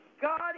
God